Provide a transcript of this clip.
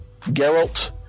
Geralt